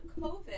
covid